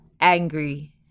angry